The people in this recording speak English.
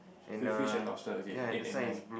crayfish and lobster okay eight and nine